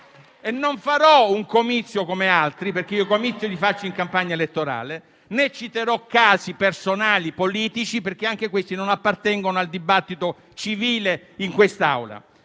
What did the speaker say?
Non farò un comizio, come altri, perché i comizi li faccio in campagna elettorale; né citerò casi personali politici, perché anche questi non appartengono al dibattito civile in quest'Aula.